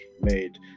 made